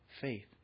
faith